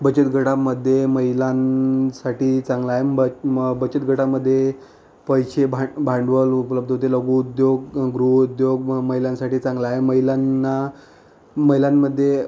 बचत गटामध्ये महिलांसाठी चांगला आहे बं मं बचत गटामध्ये पैसे भां भांडवल उपलब्ध होते लघुउद्योग गृहउद्योग व महिलांसाठी चांगला आहे महिलांना महिलांमध्ये